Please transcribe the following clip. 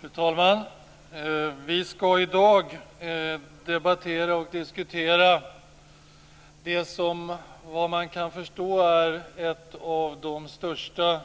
Fru talman! Vi skall i dag debattera och diskutera ett av de största